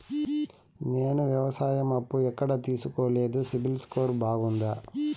నేను వ్యవసాయం అప్పు ఎక్కడ తీసుకోలేదు, సిబిల్ స్కోరు బాగుందా?